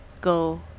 go